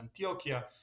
Antioquia